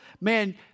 man